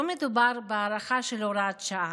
לא מדובר בהארכה של הוראת שעה,